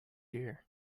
year